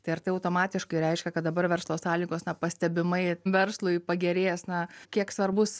tai ar tai automatiškai reiškia kad dabar verslo sąlygos na pastebimai verslui pagerės na kiek svarbus